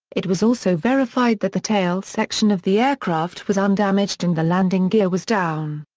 it was also verified that the tail section of the aircraft was undamaged and the landing gear was down.